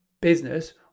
business